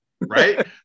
right